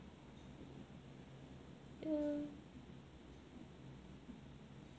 yeah